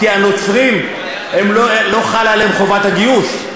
כי הנוצרים לא חלה עליהם חובת הגיוס,